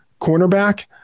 cornerback